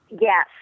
Yes